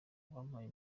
wampaye